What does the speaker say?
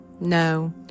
No